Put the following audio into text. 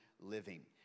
living